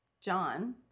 John